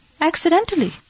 accidentally